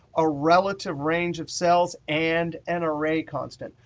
a relative range of cells and an array constant.